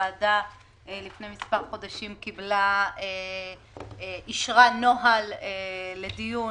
הוועדה אישרה לפני מספר חודשים נוהל לדיון